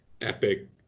Epic